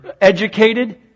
educated